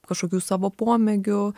kažkokių savo pomėgių